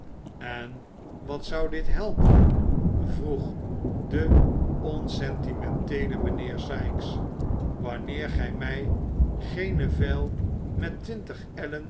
en wat zou dit helpen vroeg de onsentimenteele mijnheer sikes wanneer gij mij geene vijl met twintig